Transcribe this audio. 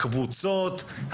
הקבוצות,